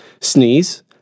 sneeze